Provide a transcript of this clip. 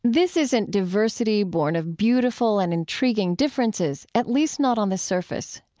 this isn't diversity born of beautiful and intriguing differences, at least not on the surface.